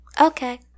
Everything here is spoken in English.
Okay